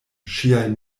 ŝiaj